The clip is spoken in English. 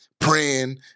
praying